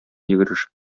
йөгерешеп